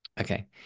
Okay